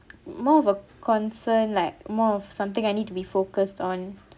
more of a concern like more of something I need to be focused on